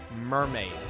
Mermaid